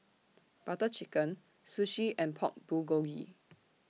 Butter Chicken Sushi and Pork Bulgogi